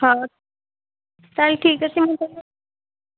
ହଁ ତା'ହେଲେ ଠିକ୍ ଅଛି ମୁଁ ତା'ହେଲେ